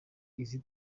izi